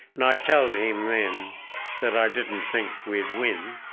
and i told him then that i didn't think we'd win,